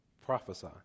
prophesy